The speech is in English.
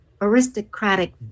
aristocratic